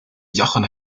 jochen